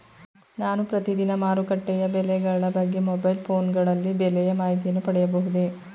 ನಾನು ಪ್ರತಿದಿನ ಮಾರುಕಟ್ಟೆಯ ಬೆಲೆಗಳ ಬಗ್ಗೆ ಮೊಬೈಲ್ ಫೋನ್ ಗಳಲ್ಲಿ ಬೆಲೆಯ ಮಾಹಿತಿಯನ್ನು ಪಡೆಯಬಹುದೇ?